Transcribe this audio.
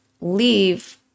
leave